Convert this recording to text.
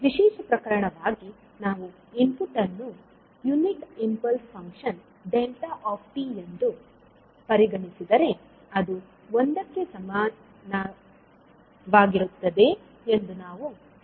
ವಿಶೇಷ ಪ್ರಕರಣವಾಗಿ ನಾವು ಇನ್ಪುಟ್ ಅನ್ನು ಯುನಿಟ್ ಇಂಪಲ್ಸ್ ಫಂಕ್ಷನ್ δ ಎಂದು ಪರಿಗಣಿಸಿದರೆ ಅದು ಒಂದಕ್ಕೆ ಸಮನಾಗಿರುತ್ತದೆ ಎಂದು ನಾವು ಹೇಳಬಹುದು